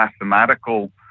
mathematical